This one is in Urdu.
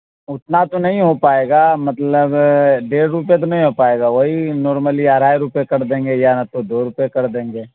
اتنا تو نہیں ہو پائے گا مطلب ڈیڑھ روپے تو نہیں ہو پائے گا وہی نارملی اڑھائی روپے کر دیں گے یا نہ تو دو روپے کر دیں گے